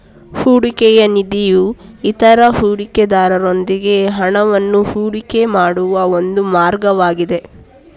ಹೂಡಿಕೆಯ ನಿಧಿಯು ಇತರ ಹೂಡಿಕೆದಾರರೊಂದಿಗೆ ಹಣವನ್ನ ಹೂಡಿಕೆ ಮಾಡುವ ಒಂದು ಮಾರ್ಗವಾಗಿದೆ